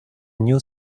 new